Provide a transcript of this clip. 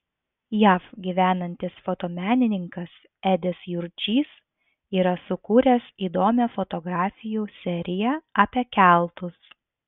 jav gyvenantis fotomenininkas edis jurčys yra sukūręs įdomią fotografijų seriją apie keltus